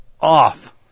off